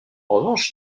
revanche